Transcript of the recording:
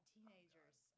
Teenagers